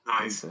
Nice